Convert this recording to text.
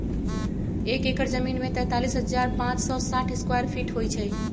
एक एकड़ जमीन में तैंतालीस हजार पांच सौ साठ स्क्वायर फीट होई छई